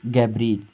gabriel